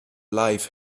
life